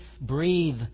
breathe